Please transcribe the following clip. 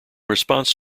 response